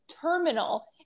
terminal